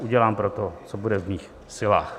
Udělám pro to, co bude v mých silách.